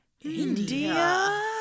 India